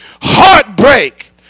heartbreak